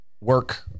work